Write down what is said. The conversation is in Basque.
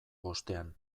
bostean